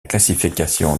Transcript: classification